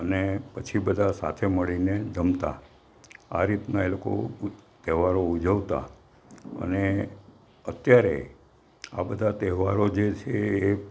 ને પછી બધાં સાથે મળીને જમતાં આ રીતના એ લોકો તહેવારો ઉજવતા અને અત્યારે આ બધા તહેવારો જે છે એ